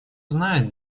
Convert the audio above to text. знает